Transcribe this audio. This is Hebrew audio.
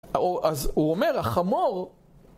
אז הוא אומר, החמור...